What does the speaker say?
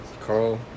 Carl